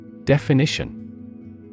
Definition